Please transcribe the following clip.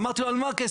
אמרתי לו: על מה הכסף?